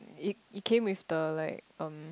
it it came with the like um